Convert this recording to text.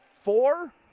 four